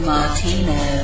Martino